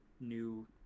new